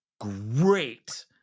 great